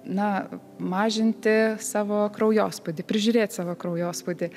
na mažinti savo kraujospūdį prižiūrėt savo kraujospūdį